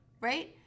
right